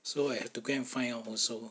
so I have to go and find out also